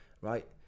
right